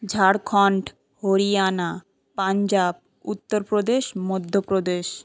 Jharkhand Haryana Punjab Uttar Pradesh Madhya Pradesh